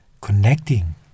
connecting